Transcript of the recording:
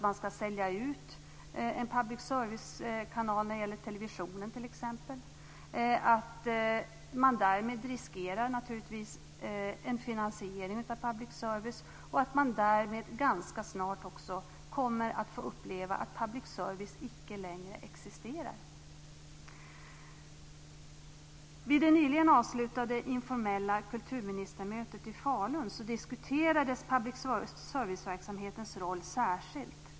Man ska sälja ut en public servicekanal när det gäller t.ex. televisionen. Därmed riskerar man naturligtvis en finansiering av public service. Därmed kommer man också ganska snart att få uppleva att public service icke längre existerar. Vid det nyligen avslutade informella kulturministermötet i Falun diskuterades public serviceverksamhetens roll särskilt.